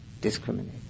discriminate